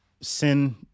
Sin